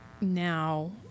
now